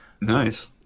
nice